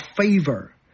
favor